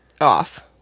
off